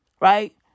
right